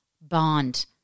bond